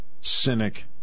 cynic